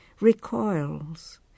recoils